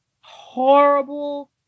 horrible